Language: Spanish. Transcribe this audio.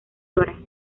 dra